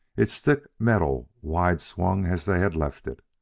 its thick metal wide-swung as they had left it.